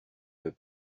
veux